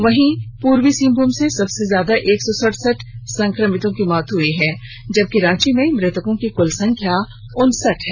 वहीं पूर्वी सिंहभूम से सबसे ज्यादा एक सौ सड़सठ संक्रमितों की मौत हुई है जबकि रांची में मृतकों की कुल संख्या उनसठ है